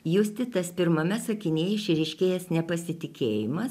justi tas pirmame sakinyje išryškėjęs nepasitikėjimas